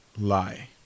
lie